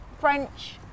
French